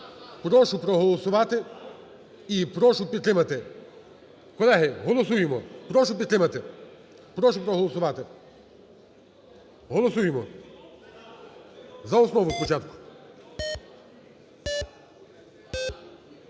Прошу проголосувати і прошу підтримати. Колеги, голосуємо, прошу підтримати, прошу проголосувати, голосуємо за основу спочатку.